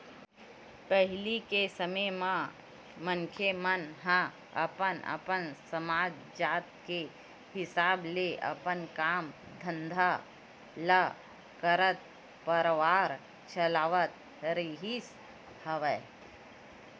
पहिली के समे म मनखे मन ह अपन अपन समाज, जात के हिसाब ले अपन काम धंधा ल करत परवार चलावत रिहिस हवय